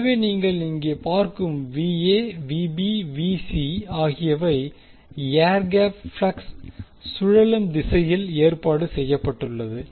எனவே நீங்கள் இங்கே பார்க்கும் போது ஆகியவை ஏர்கேப் ப்ளக்ஸ் சுழலும் திசையில் ஏற்பாடு செய்யப்பட்டுள்ளது